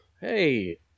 Hey